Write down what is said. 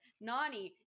Nani